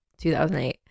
2008